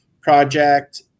Project